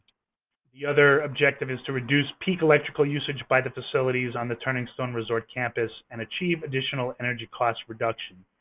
the other objective is to reduce peak electrical usage by the facilities on the turning stone resort campus and achieve additional energy cost reduction.